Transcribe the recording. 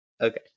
Okay